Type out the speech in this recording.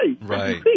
Right